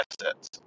assets